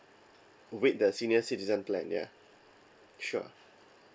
with the senior citizen plan yeah sure